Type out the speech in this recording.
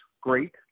great